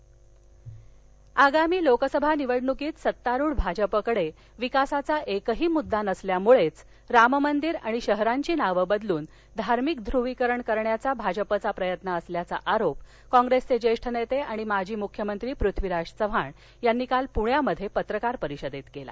पथ्वीराज चव्हाण आगामी लोकसभा निवडणुकीत सत्तारूढ भाजप कडे विकासाचा एकही मुद्दा नसल्यामुळेच राम मंदिर आणि शहरांची नाव बदलून धार्मिक ध्रुवीकरण करण्याचा त्यांचा प्रयत्न असल्याचा आरोप काँप्रेसचे ज्येष्ठ नेते आणि माजी मुख्यमंत्री पृथ्वीराज चव्हाण यांनी काल प्ण्यात पत्रकार परिषदेत केला